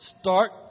Start